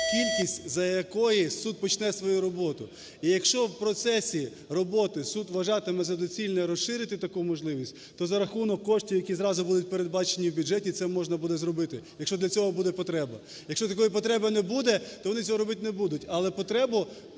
кількість, за якої суд почне свою роботу. І якщо в процесі роботи суд вважатиме за доцільне розширити таку можливість, то за рахунок коштів, які зразу будуть передбачені в бюджеті, це можна буде зробити, якщо для цього буде потреба. Якщо такої потреби не буде, то вони цього робити не будуть, але потребу